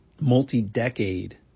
multi-decade